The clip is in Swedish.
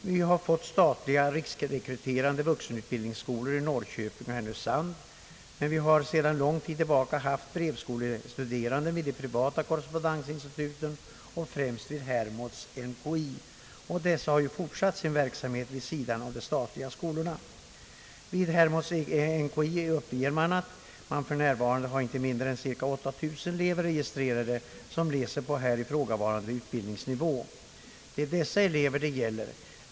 Vi har fått statliga riksrekryterande vuxenutbildningsskolor i Norrköping och Härnösand. Men vi har sedan lång tid tillbaka haft brevskolestuderande vid de privata korrespondensinstituten, främst vid Hermods NKI uppger man, att man för närvarande har inte mindre än 8 000 elever registrerade, som läser på här ifrågavarande utbildningsnivåer. Det är dessa elever det gäller.